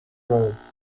roads